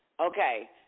okay